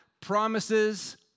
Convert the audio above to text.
Promises